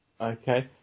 Okay